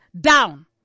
down